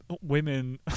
Women